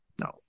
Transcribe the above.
No